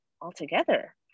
altogether